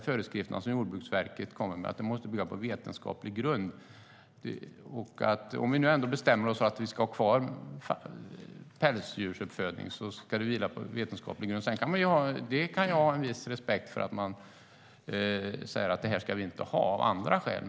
Föreskrifterna som Jordbruksverket kommer med måste bygga på vetenskaplig grund. Om vi nu ändå bestämmer oss för att vi ska ha kvar pälsdjursuppfödning ska detta vila på vetenskaplig grund. Sedan kan jag ha en viss respekt för att man säger att vi av andra skäl inte ska ha pälsdjursuppfödning.